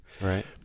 right